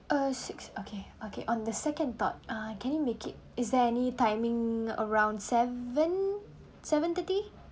uh six okay okay on the second thought can it make it is there any timing around seven seven-thirty